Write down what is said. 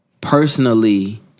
personally